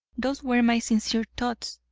those were my sincere thoughts.